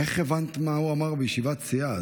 איך הבנת מה הוא אמר בישיבת סיעה?